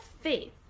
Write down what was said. faith